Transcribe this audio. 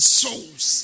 souls